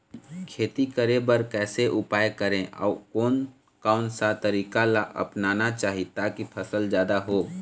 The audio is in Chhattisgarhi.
खेती करें बर कैसे उपाय करें अउ कोन कौन सा तरीका ला अपनाना चाही ताकि फसल जादा हो?